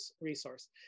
resource